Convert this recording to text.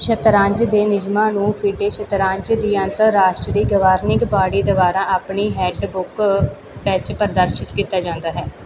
ਸ਼ਤਰੰਜ ਦੇ ਨਿਯਮਾਂ ਨੂੰ ਫਿਡੇ ਸ਼ਤਰੰਜ ਦੀ ਅੰਤਰਰਾਸ਼ਟਰੀ ਗਵਰਨਿੰਗ ਬਾਡੀ ਦੁਆਰਾ ਆਪਣੀ ਹੈਂਡਬੁੱਕ ਵਿੱਚ ਪ੍ਰਦਰਸ਼ਿਤ ਕੀਤਾ ਜਾਂਦਾ ਹੈ